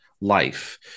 life